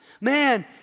man